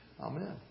Amen